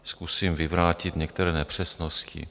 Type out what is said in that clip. A zkusím vyvrátit některé nepřesnosti.